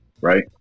right